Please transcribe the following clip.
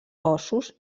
ossos